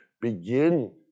begin